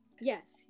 Yes